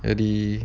jadi